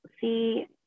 see